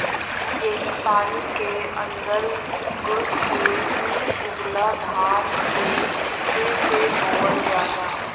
यही पानी क अन्दर घुस के ऊ उगला धान के फिर से बोअल जाला